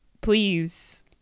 please